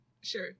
Sure